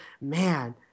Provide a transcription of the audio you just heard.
man